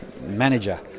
manager